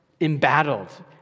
embattled